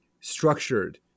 structured